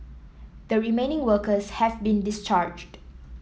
the remaining workers have been discharged